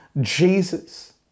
Jesus